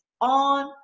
on